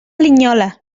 linyola